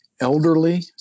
elderly